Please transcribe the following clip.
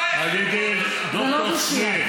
כי עשית את זה שלא ברשות.